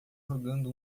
jogando